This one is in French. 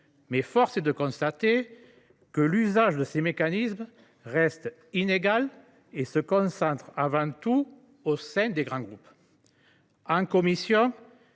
force est de constater que l’usage de ces mécanismes reste inégal et se concentre avant tout au sein de grands groupes. En commission